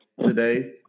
today